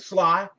Sly